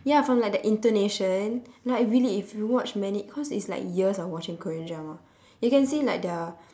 ya from like the intonation like really if you watch many cause it's like years of watching korean drama you can see like their